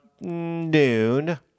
noon